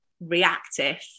reactive